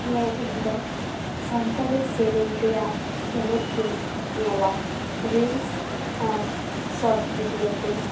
ᱦᱮᱸ ᱤᱧᱫᱚ ᱥᱟᱱᱛᱟᱞᱤ ᱥᱮᱨᱮᱧ ᱨᱮᱭᱟᱜ ᱮᱱᱮᱡ ᱠᱚᱧ ᱧᱮᱞᱟ ᱨᱤᱞᱥ ᱟᱨ ᱥᱚᱴ ᱵᱷᱤᱰᱭᱳ ᱠᱚ